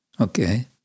Okay